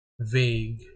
vague